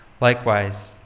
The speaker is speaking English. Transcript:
Likewise